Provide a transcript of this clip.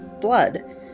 blood